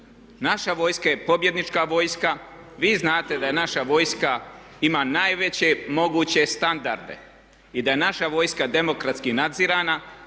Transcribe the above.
Naša vojska je pobjednička vojska, vi znate da je naša vojska, ima najveće moguće standarde i da je naša vojska demokratski nadzirana,